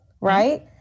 right